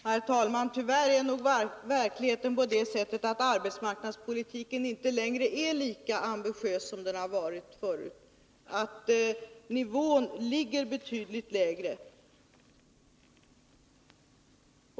Herr talman! Tyvärr är nog verkligheten den att arbetsmarknadspolitiken inte längre är lika ambitiös som den har varit förut — nivån ligger betydligt lägre.